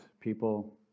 people